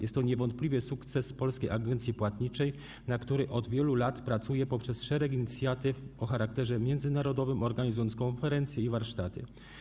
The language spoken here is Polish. Jest to niewątpliwie sukces polskiej agencji płatniczej, na który od wielu lat pracuje poprzez szereg inicjatyw o charakterze międzynarodowym, organizując konferencje i warsztaty.